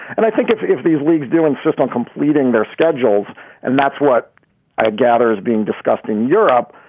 and i think if if these leagues do insist on completing their schedules and that's what i gather is being discussed in europe,